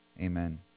Amen